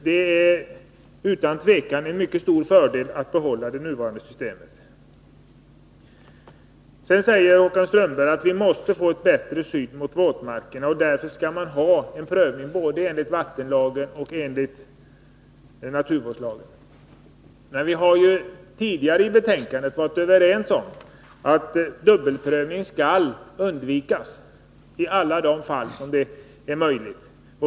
Det är utan tvivel en mycket stor fördel att behålla det nuvarande systemet. Håkan Strömberg säger att vi måste få ett bättre skydd för våtmarkerna och att man därför skall ha en prövning både enligt vattenlagen och enligt naturvårdslagen. Men vi har ju tidigare i betänkandet varit överens om att dubbelprövning skall undvikas i alla fall där så är möjligt.